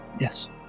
yes